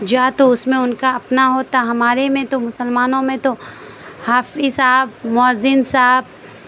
یا تو اس میں ان کا اپنا ہوتا ہمارے میں تو مسلمانوں میں تو حافظ صاحب مؤزن صاحب